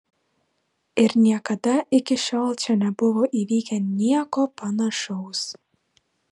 ir niekada iki šiol čia nebuvo įvykę nieko panašaus